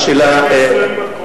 איך יש להם מקום?